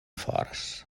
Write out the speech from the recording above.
faras